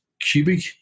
cubic